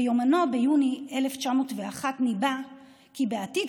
ביומנו ניבא ביוני 1901 כי בעתיד,